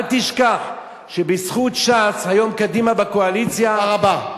אל תשכח שבזכות ש"ס היום קדימה בקואליציה תודה רבה.